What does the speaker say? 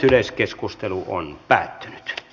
yleiskeskustelu päättyi